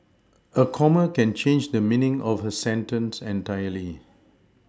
a comma can change the meaning of a sentence entirely